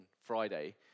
Friday